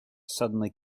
suddenly